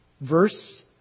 Verse